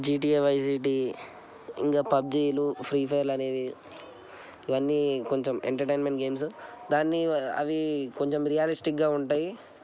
GTA వై GTV ఇంకా పబ్జిలు ఫ్రీ ఫైర్లు అనేవి ఇవన్నీ కొంచెం ఎంటర్టైన్మెంట్ గేమ్స్ దాన్ని అవి కొంచెం రియలిస్టిక్గా ఉంటాయి